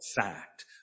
fact